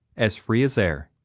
as free as air.